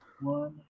One